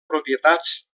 propietats